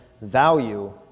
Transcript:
value